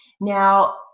Now